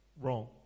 wrong